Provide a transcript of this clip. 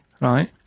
right